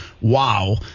Wow